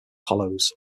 hollows